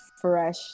fresh